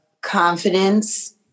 confidence